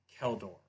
Keldor